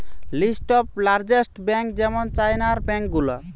list of largest bank যেমন চাইনার bank গুলা